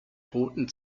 roten